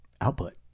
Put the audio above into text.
output